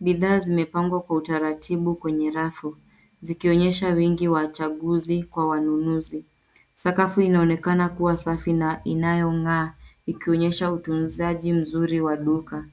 Bidhaa zimepangwa kwa utaratibu kwenye rafu zikionyesha wingi wa chaguzi kwa wanunuzi. Sakafu inaonekana kuwa safi na inayong'aa ikionyesha utunzaji mzuri wa duka.